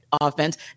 offense